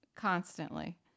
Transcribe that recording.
constantly